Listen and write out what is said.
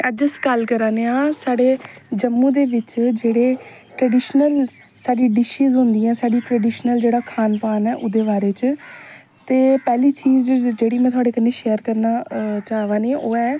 अज्ज अस गल्ल करा ने आं साढ़े जम्मू दे बिच जेहडे़ ट्रडीशनल साढ़ी डिशिज होदियां साढ़ी ट्रडीशनल जेहड़ा खानपान ऐ ओहदे बारे च ते पैहली चीज जेहड़ी में थोहाढ़े कन्नै शैयर करना च आवा नी ऐ ओह् ऐ